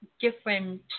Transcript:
different